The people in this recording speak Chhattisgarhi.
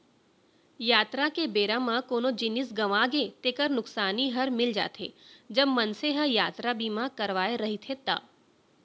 यातरा के बेरा म कोनो जिनिस गँवागे तेकर नुकसानी हर मिल जाथे, जब मनसे ह यातरा बीमा करवाय रहिथे ता